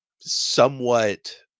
somewhat